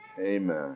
Amen